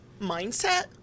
mindset